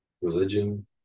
religion